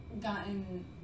gotten